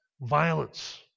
violence